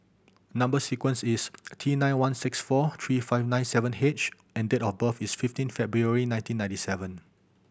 number sequence is T nine one six four three five nine seven H and date of birth is fifteen February nineteen ninety seven